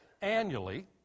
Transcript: annually